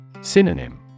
Synonym